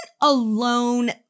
alone